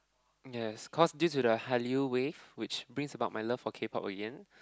yes cause due to the Hallyu-Wave which brings about my love for K-pop again